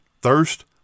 thirst